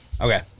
Okay